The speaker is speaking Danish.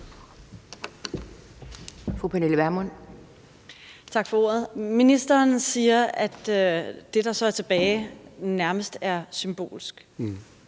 Pernille Vermund (NB): Tak for ordet. Ministeren siger, at det, der så er tilbage, nærmest er symbolsk.